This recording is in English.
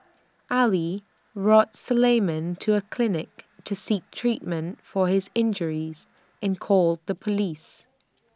Ali Suleiman to A clinic to seek treatment for his injuries and called the Police